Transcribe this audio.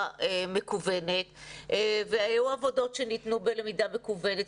מקוונת והיו עבודות שניתנו בלמידה מקוונת,